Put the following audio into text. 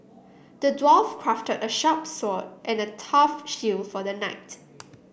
the dwarf crafted a sharp sword and a tough shields for the knight